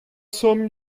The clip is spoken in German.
zum